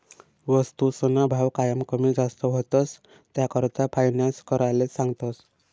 वस्तूसना भाव कायम कमी जास्त व्हतंस, त्याकरता फायनान्स कराले सांगतस